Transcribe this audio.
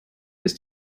ist